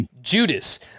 Judas